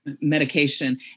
medication